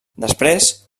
després